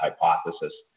hypothesis